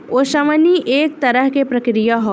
ओसवनी एक तरह के प्रक्रिया ह